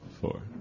four